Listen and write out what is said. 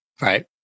Right